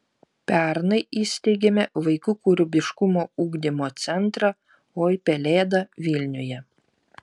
pernai įsteigėme vaikų kūrybiškumo ugdymo centrą oi pelėda vilniuje